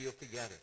together